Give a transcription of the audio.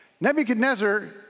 Nebuchadnezzar